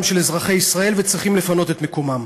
של אזרחי ישראל וצריכים לפנות את מקומם.